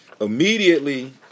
Immediately